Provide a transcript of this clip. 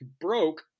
broke